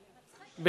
גברתי?